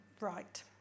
right